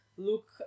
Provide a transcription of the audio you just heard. Look